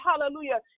hallelujah